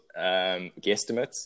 guesstimates